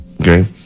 okay